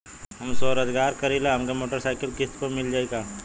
हम स्वरोजगार करीला हमके मोटर साईकिल किस्त पर मिल जाई का?